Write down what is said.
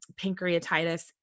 pancreatitis